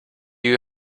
you